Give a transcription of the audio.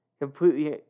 completely